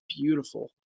beautiful